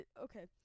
Okay